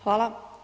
Hvala.